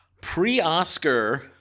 pre-Oscar